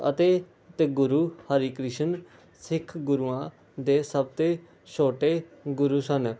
ਅਤੇ ਤੇ ਗੁਰੂ ਹਰਿਕ੍ਰਿਸ਼ਨ ਸਿੱਖ ਗੁਰੂਆਂ ਦੇ ਸਭ ਤੋਂ ਛੋਟੇ ਗੁਰੂ ਸਨ